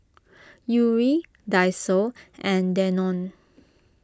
Yuri Daiso and Danone